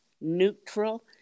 neutral